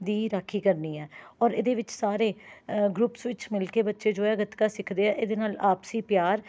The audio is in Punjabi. ਦੀ ਰਾਖੀ ਕਰਨੀ ਹੈ ਔਰ ਇਹਦੇ ਵਿੱਚ ਸਾਰੇ ਗਰੁੱਪਸ ਵਿੱਚ ਮਿਲ ਕੇ ਬੱਚੇ ਜੋ ਹੈ ਗੱਤਕਾ ਸਿੱਖਦੇ ਹੈ ਇਹਦੇ ਨਾਲ ਆਪਸੀ ਪਿਆਰ